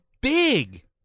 big